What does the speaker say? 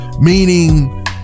meaning